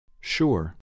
Sure